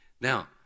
Now